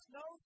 no